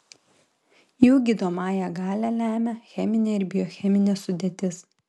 jų gydomąją galią lemia cheminė ir biocheminė sudėtis